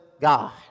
God